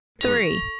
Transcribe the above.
Three